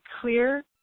clear